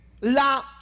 la